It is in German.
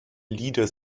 lieder